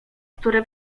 które